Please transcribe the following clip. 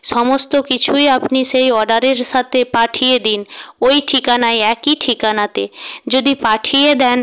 সমস্ত কিছুই আপনি সেই অর্ডারের সাথে পাঠিয়ে দিন ওই ঠিকানায় একই ঠিকানাতে যদি পাঠিয়ে দেন